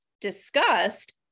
discussed